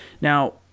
Now